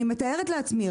אני מתארת לעצמי,